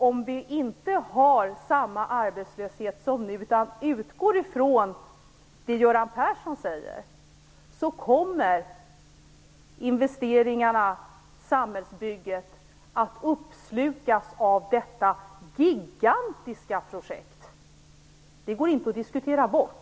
Om vi inte har samma arbetslöshet som nu utan utgår från det Göran Persson säger kommer investeringarna och samhällsbygget att uppslukas av detta gigantiska projekt. Det går inte att diskutera bort.